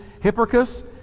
Hipparchus